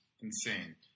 insane